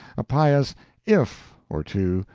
a pious if or two,